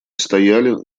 стояли